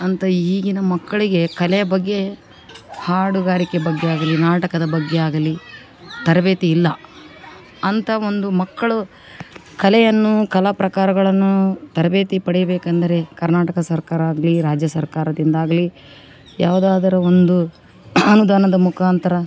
ಅಂಥಾ ಈಗಿನ ಮಕ್ಕಳಿಗೆ ಕಲೆಯ ಬಗ್ಗೆ ಹಾಡುಗಾರಿಕೆ ಬಗ್ಗೆಯಾಗಲಿ ನಾಟಕದ ಬಗ್ಗೆಯಾಗಲಿ ತರಬೇತಿ ಇಲ್ಲ ಅಂಥ ಒಂದು ಮಕ್ಕಳು ಕಲೆಯನ್ನು ಕಲಾ ಪ್ರಕಾರಗಳನ್ನು ತರಬೇತಿ ಪಡೆಯಬೇಕಂದರೆ ಕರ್ನಾಟಕ ಸರ್ಕಾರ ಆಗಲಿ ರಾಜ್ಯ ಸರ್ಕಾರದಿಂದ ಆಗಲಿ ಯಾವುದಾದರು ಒಂದು ಅನುದಾನದ ಮುಖಾಂತ್ರ